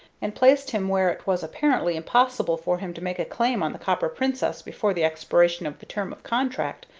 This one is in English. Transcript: and placed him where it was apparently impossible for him to make a claim on the copper princess before the expiration of the term of contract,